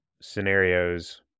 scenarios